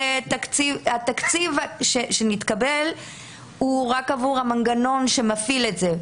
התקציב שנתקבל הוא רק עבור המנגנון שמפעיל את זה,